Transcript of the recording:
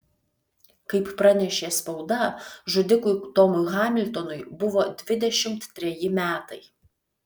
kaip pranešė spauda žudikui tomui hamiltonui buvo dvidešimt treji metai